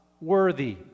worthy